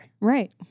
Right